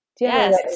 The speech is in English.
yes